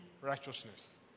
righteousness